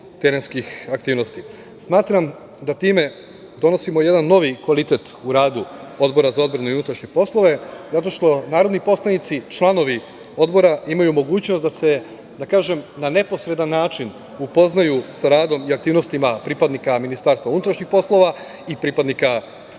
terenskih aktivnosti. Smatram da time donosimo jedan novi kvalitet u radu Odbora za odbranu i unutrašnje poslove, zato što narodni poslanici, članovi Odbora imaju mogućnost da se na neposredan način upoznaju sa radom i aktivnostima pripadnika MUP i pripadnika